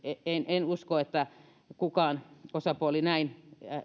enkä usko että mikään osapuoli näin